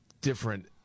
different